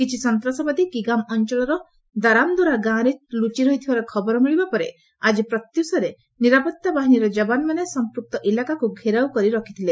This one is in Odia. କିଛି ସନ୍ତାସବାଦୀ କିଗାମ୍ ଅଞ୍ଚଳର ଦାରାମଦୋରା ଗାଁରେ ଲୁଚି ରହିଥିବାର ଖବର ମିଳିବା ପରେ ଆଜି ପ୍ରତ୍ୟୁଷରେ ନିରାପତ୍ତା ବାହିନୀର ଜବାନମାନେ ସମ୍ପୁକ୍ତ ଇଲାକାକ୍ ଘେରାଉ କରି ରଖିଥିଲେ